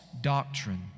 doctrine